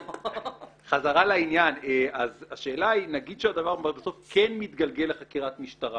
--- חזרה לעניין נגיד שהדבר בסוף כן מתגלגל לחקירת משטרה